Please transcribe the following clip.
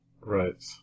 Right